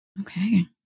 Okay